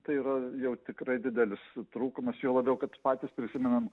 tai yra jau tikrai didelis trūkumas juo labiau kad patys prisimenam